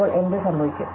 ഇപ്പോൾ എന്ത് സംഭവിക്കും